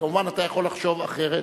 כמובן, אתה יכול לחשוב אחרת,